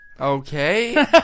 Okay